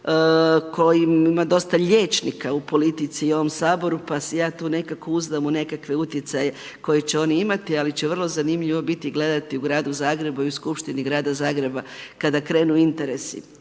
kojim ima dosta liječnika u politici i u ovom Saboru pa se ja tu nekako uzdam u neke utjecaje koje će oni imati. Ali će vrlo zanimljivo biti gledati u gradu Zagrebu i u skupštini grada Zagreba kada krenu interesi